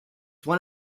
one